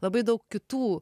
labai daug kitų